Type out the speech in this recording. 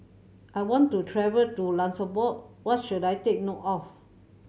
I want to travel to Luxembourg what should I take note of